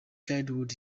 childhood